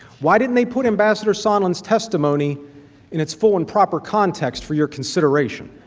why didn't they put ambassador sondland's testimony in its full and proper context for your consideration?